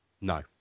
No